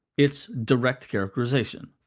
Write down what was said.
it's direct characterization.